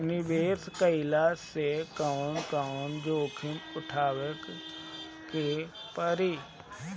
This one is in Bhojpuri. निवेस कईला मे कउन कउन जोखिम उठावे के परि?